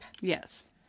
Yes